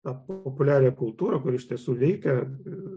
tą populiariąją kultūrą kuri iš tiesų veikia